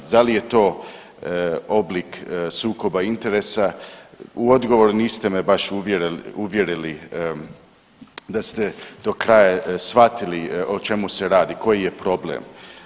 Dal je to oblik sukoba interesa u odgovoru niste me baš uvjerili da ste do kraja shvatili o čemu se radi, koji je problem.